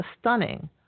stunning